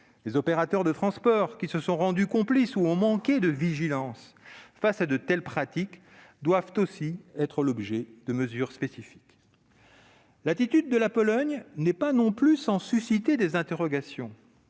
Les opérateurs de transport qui se sont rendus complices ou ont manqué de vigilance face à de telles pratiques doivent également faire l'objet de mesures spécifiques. L'attitude la Pologne ne laisse pas non plus de susciter des interrogations.